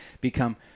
become